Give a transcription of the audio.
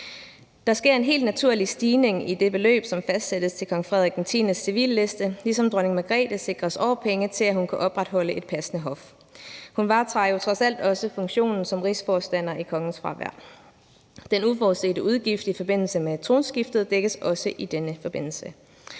Der sker en helt naturlig stigning i det beløb, som fastsættes til Kong Frederik X's civilliste, ligesom dronning Margrethe sikres årpenge, til at hun kan opretholde et passende hof. Hun varetager jo trods alt også funktionen som rigsforstander i kongens fravær. Den uforudsete udgift i forbindelse med tronskiftet dækkes også i denne forbindelse.